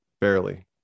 Barely